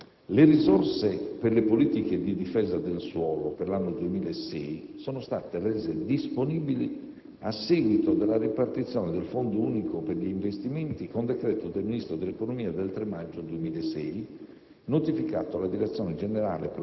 In ogni caso, le risorse per le politiche di difesa del suolo per l'anno 2006 sono state rese disponibili, a seguito della ripartizione del Fondo unico per gli investimenti, con decreto del Ministro dell'economia del 3 maggio 2006,